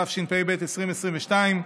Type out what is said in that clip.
התשפ"ב 2022,